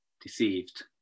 deceived